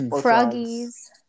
Froggies